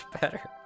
better